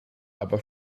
aber